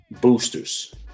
Boosters